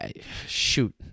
Shoot